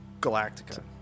Galactica